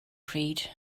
pryd